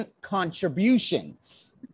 contributions